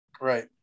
Right